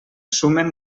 sumen